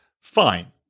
Fine